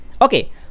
Okay